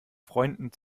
freunden